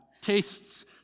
tastes